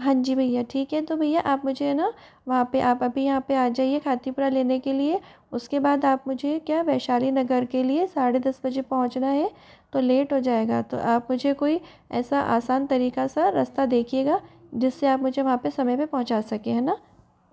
हाँ जी भैया ठीक है तो भैया आप मुझे है ना वहाँ पे आप अभी यहाँ पे आ जाइए खातीपुरा लेने के लिए उसके बाद आप मुझे क्या वैशाली नगर के लिए साढ़े दस बजे पहुँचना है तो लेट हो जाएगा तो आप मुझे कोई ऐसा आसान तरीका सा रस्ता देखिएगा जिससे आप मुझे वहाँ पे समय पे पहुँच सकें हैं ना